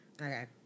Okay